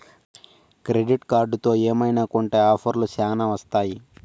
credit కార్డుతో ఏమైనా కొంటె ఆఫర్లు శ్యానా వత్తాయి